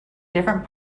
different